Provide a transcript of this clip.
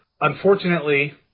Unfortunately